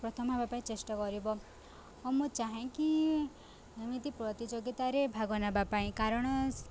ପ୍ରଥମ ହବା ପାଇଁ ଚେଷ୍ଟା କରିବ ଓ ମୁଁ ଚାହେଁ କି ଯେମିତି ପ୍ରତିଯୋଗିତାରେ ଭାଗ ନେବା ପାଇଁ କାରଣ